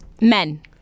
Men